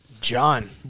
John